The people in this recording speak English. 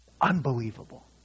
Unbelievable